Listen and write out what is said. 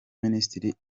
minisitiri